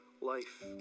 life